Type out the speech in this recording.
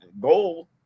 goal